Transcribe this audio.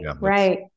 right